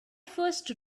first